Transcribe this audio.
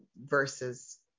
versus